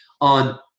on